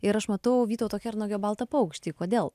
ir aš matau vytauto kernagio baltą paukštį kodėl